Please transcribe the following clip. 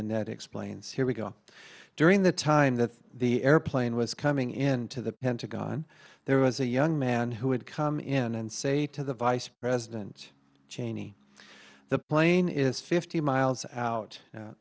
norman that explains here we go during the time that the airplane was coming into the pentagon there was a young man who had come in and say to the vice president cheney the plane is fifty miles out